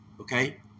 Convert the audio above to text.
okay